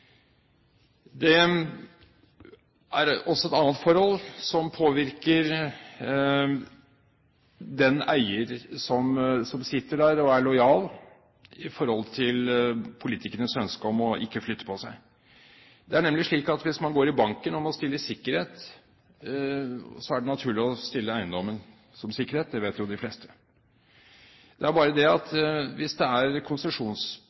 Det er også et annet forhold som påvirker den eier som sitter der og er lojal mot politikernes ønske om at han ikke flytter på seg. Det er nemlig slik at hvis man går i banken og må stille sikkerhet, er det naturlig å stille eiendommen som sikkerhet – det vet jo de fleste. Det er bare det at hvis det er